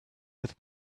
with